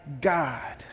God